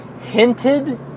hinted